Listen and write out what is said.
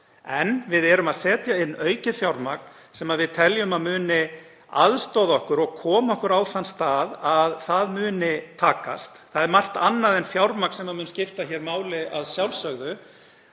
en við erum að setja inn aukið fjármagn sem við teljum að muni aðstoða okkur og koma okkur á þann stað að það muni takast. Það er margt annað en fjármagn sem mun skipta máli að sjálfsögðu,